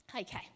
Okay